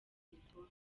telefoni